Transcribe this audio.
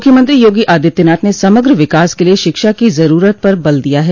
मुख्यमंत्री योगी आदित्यनाथ ने समग्र विकास के लिये शिक्षा की जरूरत पर बल दिया है